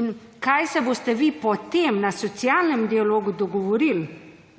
in kaj se boste vi potem na socialnem dialogu dogovoril,